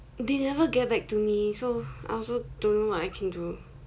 they never get back to me so I also don't know what I can do